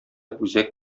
үзәк